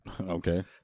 Okay